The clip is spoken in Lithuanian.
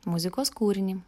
muzikos kūrinį